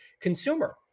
consumer